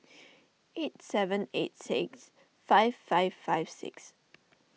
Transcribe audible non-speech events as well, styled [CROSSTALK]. [NOISE] eight seven eight six five five five six